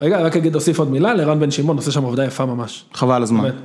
רגע רק אגיד אוסיף עוד מילה לרן בן שמעון עושה שם עובדה יפה ממש חבל הזמן.